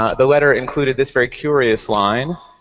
ah the letter included this very curious line,